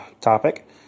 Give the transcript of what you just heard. topic